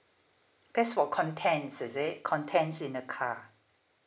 that's for contents is it contents in the car